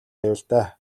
аюултай